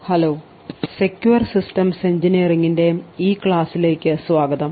hello secure systems എഞ്ചിനീയറിംഗിൻറെ ഈ പ്രഭാഷണത്തിലേക്ക് സ്വാഗതം